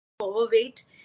overweight